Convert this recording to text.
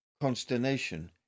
consternation